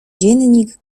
dziennik